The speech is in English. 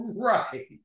Right